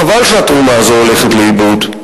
חבל שהתרומה הזו הולכת לאיבוד.